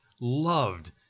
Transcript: loved